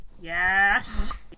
yes